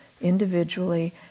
individually